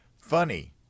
Funny